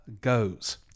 goes